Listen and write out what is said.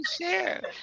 share